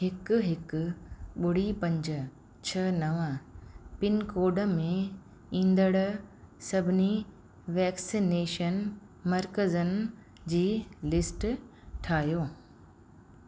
हिकु हिकु ॿुड़ी पंज छह नव पिनकोड में ईंदड़ु सभिनी वैक्सीनेशन मर्कज़नि जी लिस्ट ठाहियो